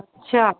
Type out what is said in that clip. अच्छा